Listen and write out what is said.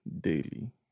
daily